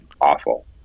awful